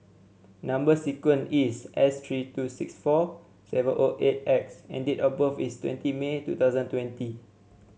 number sequence is S three two six four seven O eight X and date of birth is twenty May two thousand twenty